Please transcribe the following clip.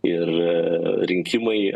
ir rinkimai